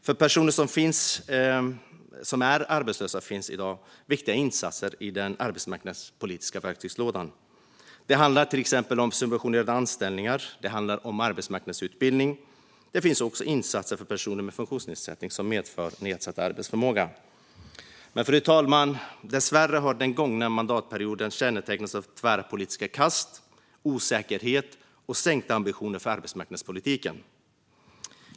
För personer som är arbetslösa finns i dag viktiga insatser i den arbetsmarknadspolitiska verktygslådan. Det handlar till exempel om subventionerade anställningar och om arbetsmarknadsutbildning. Det finns också insatser för personer med funktionsnedsättning som medför nedsatt arbetsförmåga. Men, fru talman, dessvärre har den gångna mandatperioden kännetecknats av tvära politiska kast, osäkerhet och sänkta ambitioner för arbetsmarknadspolitiken.